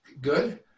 good